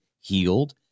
healed